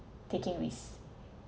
taking risk